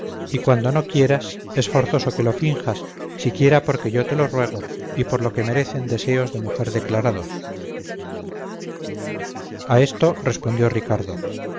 y cuando no quieras es forzoso que lo finjas siquiera porque yo te lo ruego y por lo que merecen deseos de mujer declarados a esto respondió ricardo